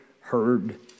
heard